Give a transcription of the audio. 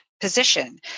position